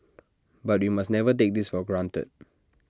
but we must never take this for granted